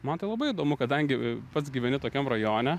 man tai labai įdomu kadangi pats gyveni tokiam rajone